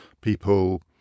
people